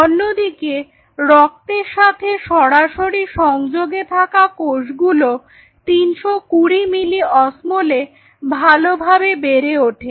অন্যদিকে রক্তের সাথে সরাসরি সংযোগে থাকা কোষগুলো 320 মিলি অস্মলে ভালোভাবে বেড়ে ওঠে